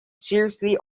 seriously